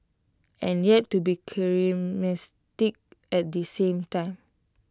and yet to be charismatic at the same time